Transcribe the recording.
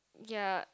ya